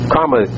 Karma